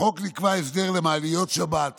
בחוק נקבע הסדר למעליות שבת ולמנגנון,